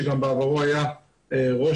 בקשה לקבלת רישיון על יסוד תצהיר על בקשה לקבלת